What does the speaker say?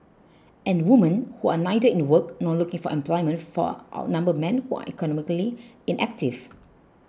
and women who are neither in work nor looking for employment far outnumber men who are economically inactive